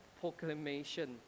proclamation